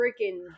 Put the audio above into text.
freaking